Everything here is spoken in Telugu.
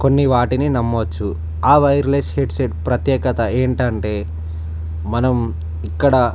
కొన్ని వాటిని నమ్మొచ్చు ఆ వైర్లెస్ హెడ్సెట్ ప్రత్యేకత ఏంటంటే మనం ఇక్కడ